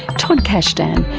todd kashdan,